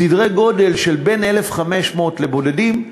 סדרי גודל של בין 1,500 לבודדים,